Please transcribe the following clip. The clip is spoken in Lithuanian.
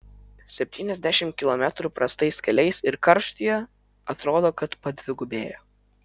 septyniasdešimt kilometrų prastais keliais ir karštyje atrodo kad padvigubėja